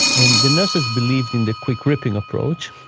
and the nurses believed in the quick ripping approach.